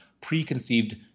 preconceived